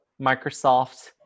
Microsoft